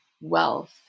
wealth